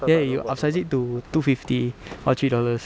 ya you upsize it to two fifty or three dollars